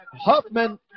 Huffman